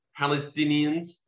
Palestinians